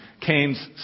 Cain's